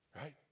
Right